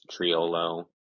Triolo